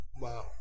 wow